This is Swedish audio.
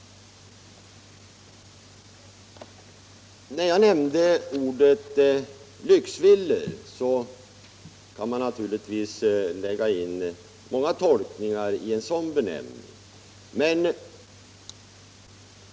Jag använde ordet ”lyxvillor”. Man kan naturligtvis definiera det begreppet på olika sätt.